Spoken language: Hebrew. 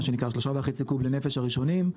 מה שנקרא 3.5 קוב לנפש הראשונים,